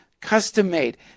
custom-made